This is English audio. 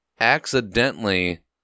accidentally